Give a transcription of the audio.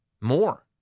more